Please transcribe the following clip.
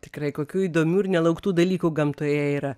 tikrai kokių įdomių ir nelauktų dalykų gamtoje yra